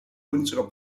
unserer